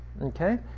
Okay